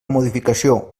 modificació